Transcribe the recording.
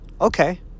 Okay